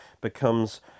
becomes